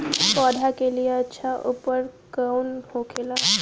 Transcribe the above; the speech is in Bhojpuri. पौधा के लिए अच्छा उर्वरक कउन होखेला?